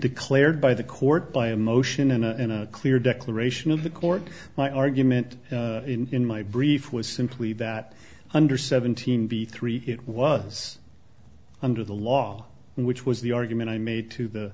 declared by the court by a motion in a clear declaration of the court my argument in my brief was simply that under seventeen b three it was under the law which was the argument i made to the